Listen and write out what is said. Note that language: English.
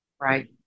Right